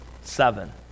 seven